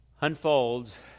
unfolds